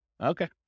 Okay